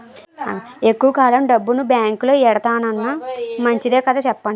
ఎక్కువ కాలం డబ్బును బాంకులో ఎడతన్నాం మంచిదే కదా చెప్పండి